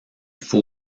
faut